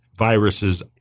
Viruses